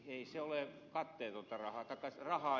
ei se ole katteetonta rahaa